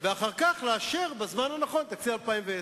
ואחר כך לאשר בזמן הנכון את התקציב ל-2010.